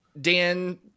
Dan